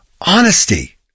Honesty